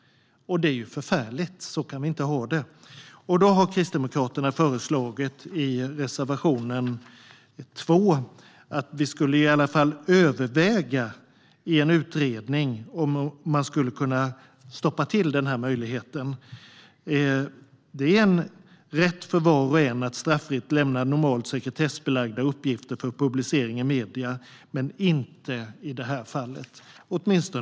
Det är förfärligt. Så kan vi inte ha det. I reservation 2 föreslår Kristdemokraterna att man i alla fall skulle överväga i en utredning om det går att stoppa den här möjligheten. Det finns en rätt för var och en att straffritt lämna normalt sekretessbelagda uppgifter för publicering i medierna, men inte i fallet med förundersökningar.